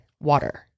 water